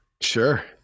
Sure